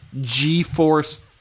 G-Force